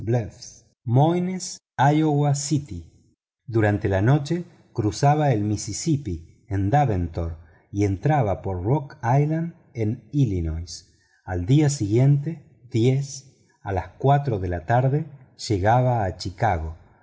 moines lowa city durante la noche cruzaba el mississippi en davenport y entraba por rock lsiand en illinois al día siguiente a las cuatro de la tarde llegaba a chicago